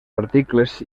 articles